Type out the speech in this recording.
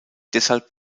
deshalb